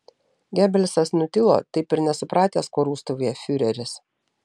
gebelsas nutilo taip ir nesupratęs ko rūstauja fiureris